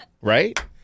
right